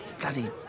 Bloody